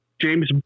James